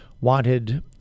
wanted